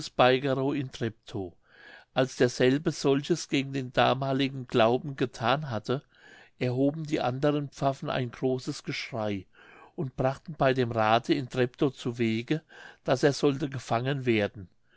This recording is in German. in treptow als derselbe solches gegen den damaligen glauben gethan hatte erhoben die anderen pfaffen ein großes geschrei und brachten bei dem rathe in treptow zu wege daß er sollte gefangen werden